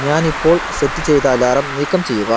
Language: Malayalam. ഞാനിപ്പോൾ സെറ്റ് ചെയ്ത അലാറം നീക്കം ചെയ്യുക